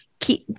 keep